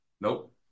Nope